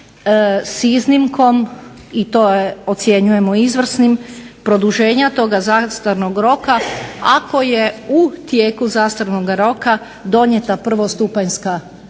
s iznimkom i to ocjenjujemo izvrsnim produženja toga zastarnog roka ako je u produženju zastarnog roka donijeta prvostupanjska